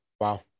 wow